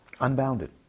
Unbounded